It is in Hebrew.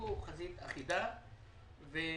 הציגו חזית אחידה ולחצו,